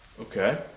Okay